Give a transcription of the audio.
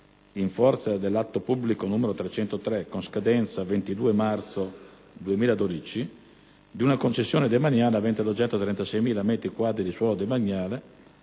in forza di atto pubblico n. 303 con scadenza 22 marzo 2012, di una concessione demaniale avente ad oggetto 36.000 metri quadri di suolo demaniale